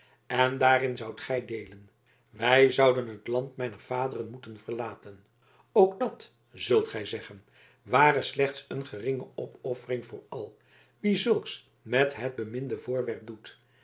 en daarin zoudt gij deelen wij zouden het land mijner vaderen moeten verlaten ook dat zult gij zeggen ware slechts een geringe opoffering voor al wie zulks met het beminde voorwerp doet